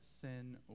sin